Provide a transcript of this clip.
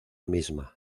misma